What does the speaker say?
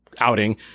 outing